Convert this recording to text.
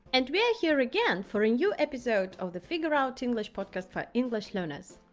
and we are here again for a new episode of the figure out english podcast for english learners.